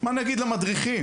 מה נגיד למדריכים?